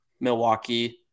Milwaukee